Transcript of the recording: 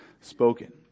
spoken